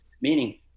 meaning